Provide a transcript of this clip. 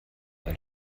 ein